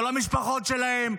לא למשפחות שלהם,